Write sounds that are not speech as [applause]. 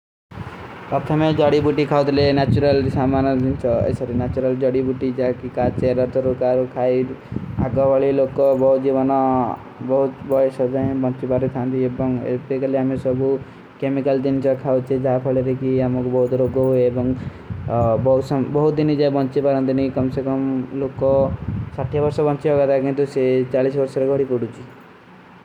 ପର୍ଥମେ ଜଡୀ ବୁଟୀ ଖାଓତେ ଲେ, ନାଚୁରଲ ଜଡୀ ବୁଟୀ ଜାକୀ କାଚେ, ରତରୋ, କାରୋ, ଖାଈ। ଆଗା ଵାଲେ ଲୋଗୋ ବହୁତ ଜୀଵନା, ବହୁତ ବହୁତ ସଜାଯେଂ, ବଂଚୀ ବାରେ ଥାଂଦୀ ଏବଂଗ। ଲୋଗୋ ସାଥ୍ଯା ବାରେ ସାଥ ବଂଚୀ ଆଗା ଥାଂଦୀ, ଅଗେଂତୋ ସେ ଚାଲିଏ ସେ ଵାଲେ ବାରେ କୋଡୂଚୀ। [unintelligible]